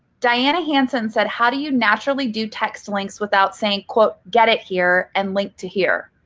diana hanson said, how do you naturally do text links without saying, quote, get it here and linked to here?